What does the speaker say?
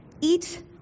eat